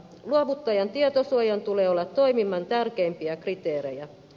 luovuttajan tietosuojan tulee olla toiminnan tärkeimpiä kriteerejä